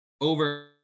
over